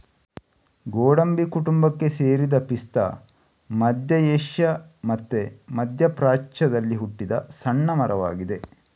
ಗೋಡಂಬಿ ಕುಟುಂಬಕ್ಕೆ ಸೇರಿದ ಪಿಸ್ತಾ ಮಧ್ಯ ಏಷ್ಯಾ ಮತ್ತೆ ಮಧ್ಯ ಪ್ರಾಚ್ಯದಲ್ಲಿ ಹುಟ್ಟಿದ ಸಣ್ಣ ಮರವಾಗಿದೆ